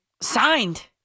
signed